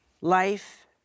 Life